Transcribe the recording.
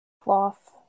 Cloth